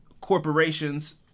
corporations-